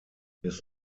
his